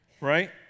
right